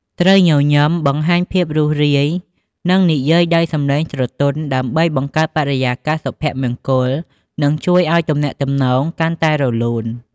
ត្រូវញញឹម បង្ហាញភាពរួសរាយ និងនិយាយដោយសំឡេងស្រទន់ ដើម្បីបង្កើតបរិយាកាសសុភមង្គល និងជួយឲ្យទំនាក់ទំនងកាន់តែរលូន។